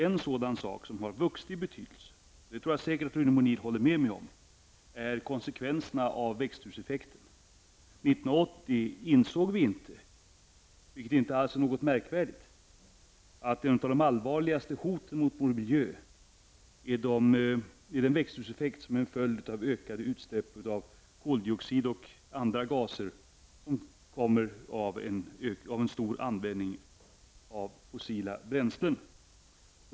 En sådan sak som har vuxit i betydelse, och det tror jag säkert att Rune Molin håller med mig om, är konsekvenserna av växthuseffekten. År 1980 insåg vi inte, vilket inte alls är något märkvärdigt, att ett av de allvarligaste hoten mot vår miljö är den växthuseffekt som är en följd av ökade utsläpp av koldioxid och andra gaser som är resultatet av en stor användning av fossila bränslen.